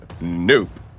Nope